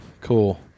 Cool